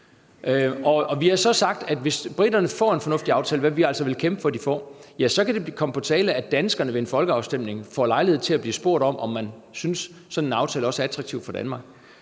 Vi har så sagt, at hvis briterne får en fornuftig aftale, hvad vi altså vil kæmpe for de får, kan det komme på tale, at danskerne ved en folkeafstemning får lejlighed til at blive spurgt om, om man synes, at sådan en aftale også er attraktiv for Danmark.